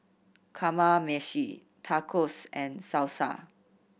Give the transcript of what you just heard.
Kamameshi Tacos and Salsa